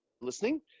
listening